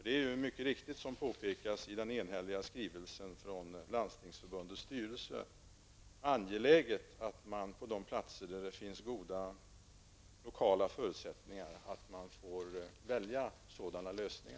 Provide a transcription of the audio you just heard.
Det är ju mycket riktigt, som det påpekas i den enhälliga skrivelsen från Landstingsförbundets styrelse, angeläget att man på de platser där det finns goda lokala förutsättningar får välja flexibla lösningar.